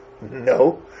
No